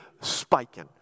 spiking